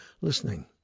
listening